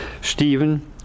Stephen